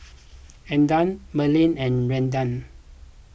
Ednah Merlin and Redden